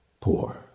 poor